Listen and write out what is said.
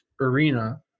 arena